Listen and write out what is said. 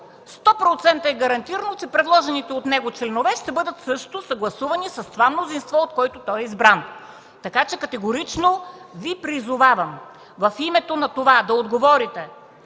100% е гарантирано, че предложените от него членове, ще бъдат също съгласувани с това мнозинство, от което той е избран. Категорично Ви призовавам: в името на това да отговорите,